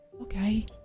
Okay